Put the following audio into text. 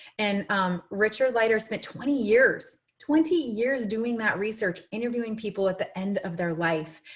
and um richard leider spent twenty years, twenty years doing that research, interviewing people at the end of their life.